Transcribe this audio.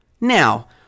Now